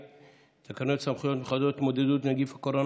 תקנות סמכויות מיוחדות להתמודדות עם נגיף הקורונה